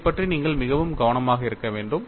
அதைப் பற்றி நீங்கள் மிகவும் கவனமாக இருக்க வேண்டும்